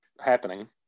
happening